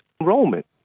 enrollment